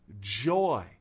joy